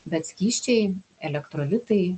bet skysčiai elektrolitai